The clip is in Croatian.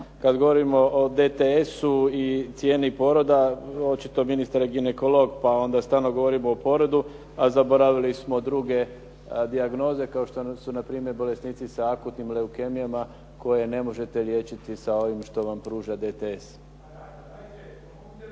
Kad govorimo o DTS-u i cijeni poroda, očito ministar je ginekolog pa onda stalno govorimo o porodu, a zaboravili smo druge dijagnoze kao što su npr. bolesnici sa akutnim leukemijama koje ne možete liječiti sa ovim što vam pruža DTS. … /Upadica se ne čuje.